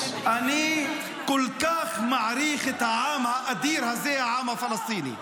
אני כל כך מעריך את העם האדיר הזה, העם הפלסטיני.